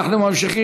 לא,